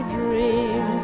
dream